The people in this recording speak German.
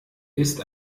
ist